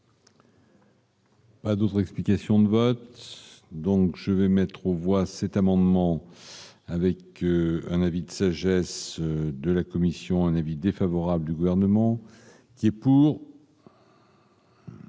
Pas d'autres explications de vote, donc je vais mettre aux voix cet amendement avec un avis de sagesse de la Commission, un avis défavorable du gouvernement qui est pour.